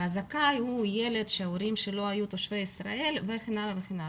והזכאי הוא ילד שההורים שלו היו תושבי ישראל וכן הלאה.